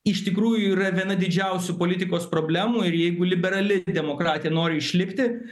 iš tikrųjų yra viena didžiausių politikos problemų ir jeigu liberali demokratija nori išlikti